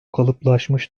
kalıplaşmış